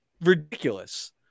ridiculous